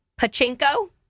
Pachinko